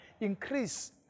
increase